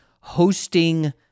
hosting